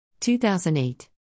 2008